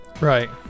Right